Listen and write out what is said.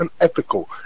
unethical